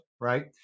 right